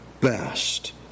best